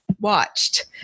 watched